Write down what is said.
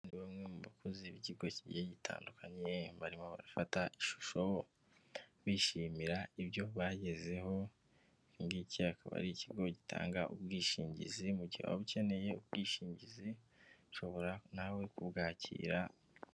Bamwe bamwe mu bakozi b'ikigo kigiye gitandukanye barimo bafata ishusho bishimira ibyo bagezeho, ikingiki akaba ari ikigo gitanga ubwishingizi mu gihe ukeneye ubwishingizi ushobora nawe kubwakira.